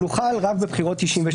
אבל הוחל רק בבחירות 1996,